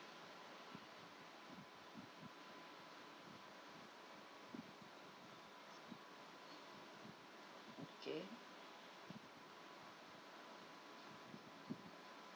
okay